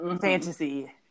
fantasy